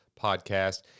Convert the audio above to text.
podcast